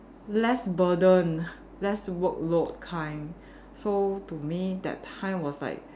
less burden less workload kind so to me that time was like